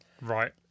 Right